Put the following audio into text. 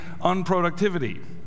unproductivity